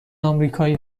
آمریکایی